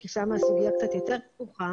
כי שם האכיפה היא קצת יותר סבוכה,